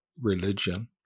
religion